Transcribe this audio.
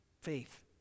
Faith